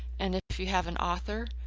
and if you have an author,